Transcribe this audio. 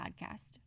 Podcast